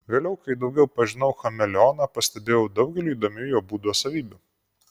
vėliau kai daugiau pažinau chameleoną pastebėjau daugelį įdomių jo būdo savybių